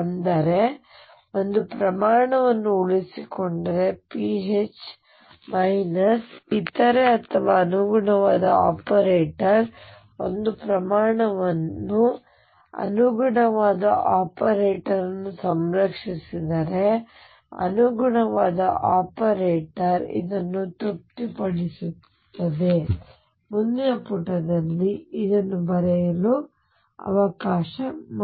ಅಂದರೆ ಒಂದು ಪ್ರಮಾಣವನ್ನು ಉಳಿಸಿಕೊಂಡರೆ PH ಇತರೆ ಅಥವಾ ಅನುಗುಣವಾದ ಆಪರೇಟರ್ ಒಂದು ಪ್ರಮಾಣವನ್ನು ಅನುಗುಣವಾದ ಆಪರೇಟರ್ ಅನ್ನು ಸಂರಕ್ಷಿಸಿದರೆ ಅನುಗುಣವಾದ ಆಪರೇಟರ್ ಇದನ್ನು ತೃಪ್ತಿಪಡಿಸುತ್ತದೆ ಮುಂದಿನ ಪುಟದಲ್ಲಿ ಇದನ್ನು ಬರೆಯಲು ಅವಕಾಶ